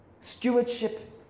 Stewardship